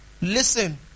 Listen